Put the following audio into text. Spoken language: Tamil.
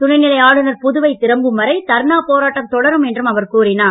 துணைநிலை ஆளுநர் புதுவை திரும்பும் வரை தர்ணா போராட்டம் தொடரும் என்றும் அவர் கூறினார்